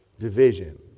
division